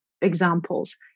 examples